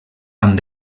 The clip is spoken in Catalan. amb